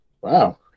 Wow